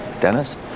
Dennis